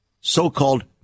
so-called